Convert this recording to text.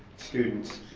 students